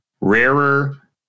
rarer